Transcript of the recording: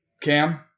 Cam